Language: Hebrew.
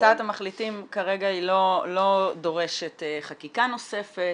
הצעת המחליטים כרגע לא דורשת חקיקה נוספת,